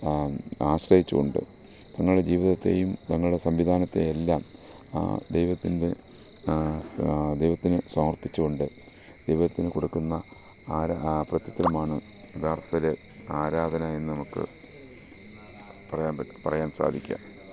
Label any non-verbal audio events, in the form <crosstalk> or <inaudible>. ആശ്രയിച്ചുകൊണ്ട് തങ്ങളുടെ ജീവിതത്തെയും തങ്ങളുടെ സംവിധാനത്തെയും എല്ലാം ആ ദൈവത്തിൻ്റെ ആ ദൈവത്തിന് സമർപ്പിച്ചുകൊണ്ട് ദൈവത്തിന് കൊടുക്കുന്ന ആരാ <unintelligible> യാഥാർത്ഥത്തില് ആരാധന എന്ന് നമുക്ക് പറയാൻ പറ്റു പറയാൻ സാധിക്കുക